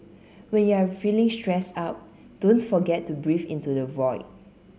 when you are feeling stressed out don't forget to breathe into the void